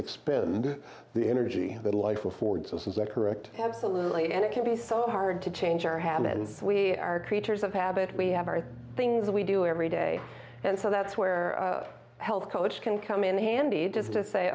expend the energy that life affords us is that correct absolutely and it can be so hard to change our habits and we are creatures of habit we have are the things we do every day and so that's where health coach can come in handy just to say